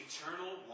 Eternal